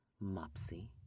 Mopsy